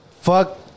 fuck